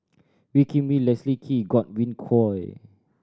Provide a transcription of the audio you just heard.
Wee Kim Wee Leslie Kee Godwin Koay